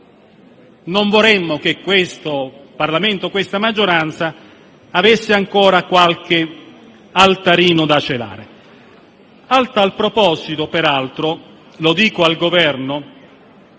Non vorremmo che questa maggioranza avesse ancora qualche altarino da celare. A tal proposito peraltro - lo dico al Governo